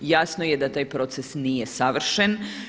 Jasno je da taj proces nije savršen.